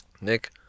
Nick